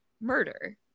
murder